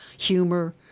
humor